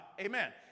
Amen